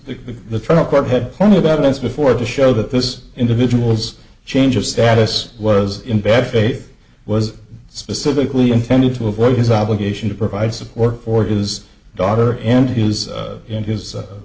the trial court had plenty of evidence before the show that this individual's change of status was in bad faith was specifically intended to avoid his obligation to provide support for his daughter and his in his